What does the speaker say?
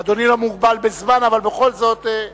אדוני לא מוגבל בזמן, אבל בכל זאת,